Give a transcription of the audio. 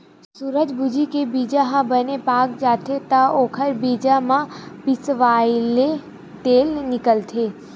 सूरजमूजी के बीजा ह बने पाक जाथे त ओखर बीजा ल पिसवाएले तेल निकलथे